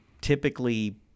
typically